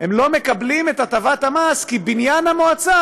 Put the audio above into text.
הם לא מקבלים את הטבת המס כי בניין המועצה,